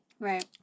right